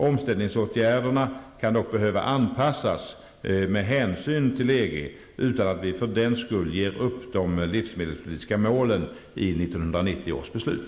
Omställningsåtgärderna kan dock behöva anpassas med hänsyn till EG utan att vi för den skull ger upp de livsmedelspolitiska målen enligt 1990 års beslut.